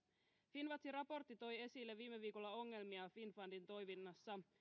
finnwatchin raportti toi esille viime viikolla ongelmia finnfundin toiminnassa